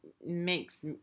makes